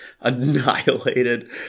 annihilated